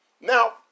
now